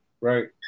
right